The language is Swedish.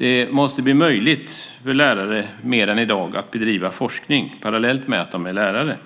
Det måste bli möjligt för lärare mer än i dag att bedriva forskning parallellt med att de är lärare.